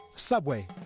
Subway